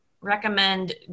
recommend